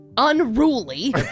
Unruly